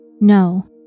No